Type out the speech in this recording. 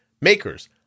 makers